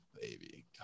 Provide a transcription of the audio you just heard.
baby